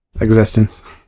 existence